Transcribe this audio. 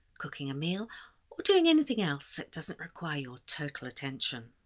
cooking a meal or doing anything else that doesn't require your total attention.